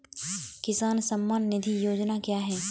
किसान सम्मान निधि योजना क्या है?